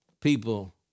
people